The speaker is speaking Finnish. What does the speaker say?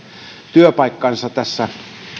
työpaikkansa tässä